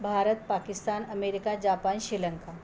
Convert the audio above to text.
Bharat Pakistan America Japan Sri Lanka